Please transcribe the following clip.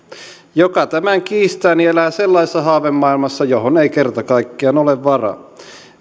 joka tämän kiistää elää sellaisessa haavemaailmassa johon ei kerta kaikkiaan ole varaa